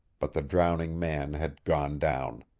but the drowning man had gone down.